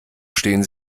stehen